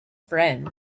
friend